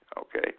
okay